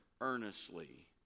earnestly